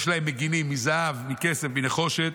יש להם מגינים מזהב, מכסף, מנחושת,